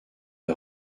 est